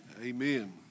Amen